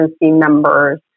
members